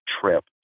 trip